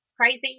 crazy